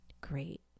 Great